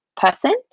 person